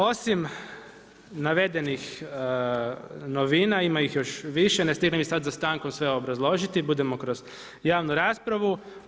Osim navedenih novina, ima ih još više, ne stignem ih sada za stankom sve obrazložiti, budemo kroz javnu raspravu.